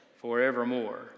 forevermore